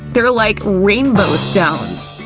they're like rainbow stones!